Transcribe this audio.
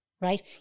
Right